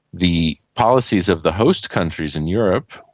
the policies of the host countries in europe,